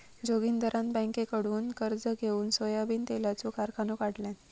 जोगिंदरान बँककडुन कर्ज घेउन सोयाबीन तेलाचो कारखानो काढल्यान